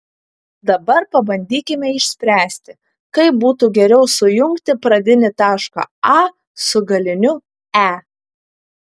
dabar pabandykime išspręsti kaip būtų geriau sujungti pradinį tašką a su galiniu e